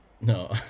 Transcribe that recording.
No